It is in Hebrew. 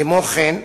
כמו כן,